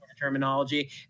Terminology